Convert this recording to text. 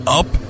up